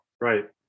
Right